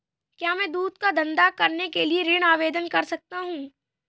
क्या मैं दूध का धंधा करने के लिए ऋण आवेदन कर सकता हूँ?